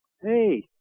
hey